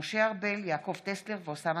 הסמים